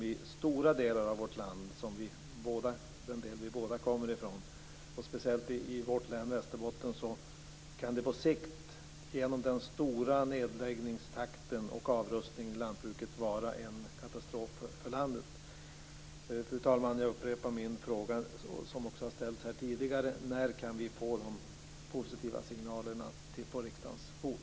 I stora delar av vårt land, speciellt den del vi båda kommer ifrån och speciellt vårt län Västerbotten, kan det på sikt genom den höga nedläggningstakten och avrustningen i lantbruket vara en katastrof för landet. Fru talman! Jag upprepar min fråga, som också har ställts här tidigare: När kan vi få de positiva signalerna på riksdagens bord?